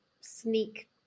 sneak